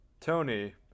Tony